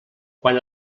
quan